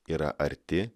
yra arti